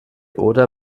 oder